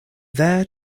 there